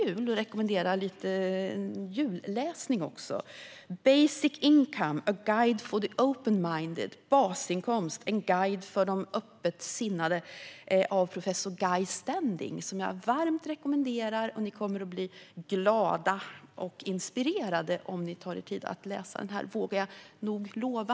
Jag vill även rekommendera lite julläsning. Basic Income: A Guide for the Open-Minded , Basinkomst: En guide för de öppet sinnade, av professor Guy Standing. Det är en bok som jag varmt rekommenderar. Ni kommer att bli glada och inspirerade om ni tar er tid att läsa denna, vågar jag lova.